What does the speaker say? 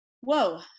whoa